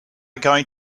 going